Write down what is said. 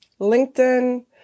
LinkedIn